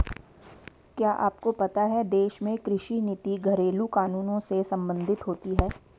क्या आपको पता है देश में कृषि नीति घरेलु कानूनों से सम्बंधित होती है?